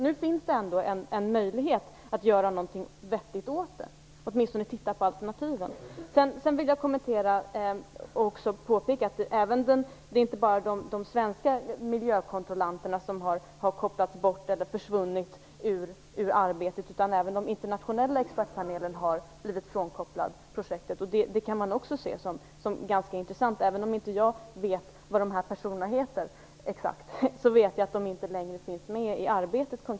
Nu finns det ändå en möjlighet att göra någonting vettigt, åtminstone att se på alternativen. Sedan vill jag påpeka att det inte bara är de svenska miljökontrollanterna som har försvunnit ur arbetet, utan även den internationella expertpanelen har blivit frånkopplad från projektet, och det kan ses som ganska intressant. Även om jag inte exakt vet vad de här personerna heter, känner jag till att de inte längre konkret finns med i arbetet.